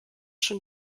schon